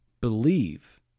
believe